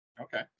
Okay